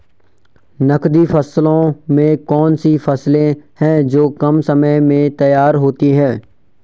नकदी फसलों में कौन सी फसलें है जो कम समय में तैयार होती हैं?